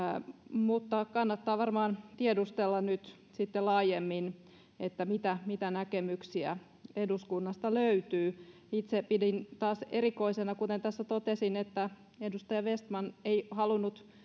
mutta kannattaa varmaan tiedustella nyt sitten laajemmin mitä mitä näkemyksiä eduskunnasta löytyy itse pidin taas erikoisena kuten tässä totesin että edustaja vestman ei halunnut